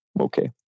Okay